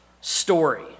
story